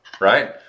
Right